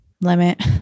limit